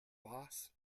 boss